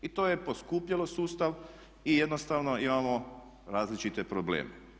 I to je poskupjelo sustav i jednostavno imamo različite probleme.